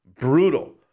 brutal